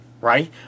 right